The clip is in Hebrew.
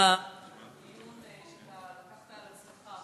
אני קודם כול רוצה לברך אותך על הדיון שאתה לקחת על עצמך,